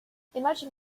imagine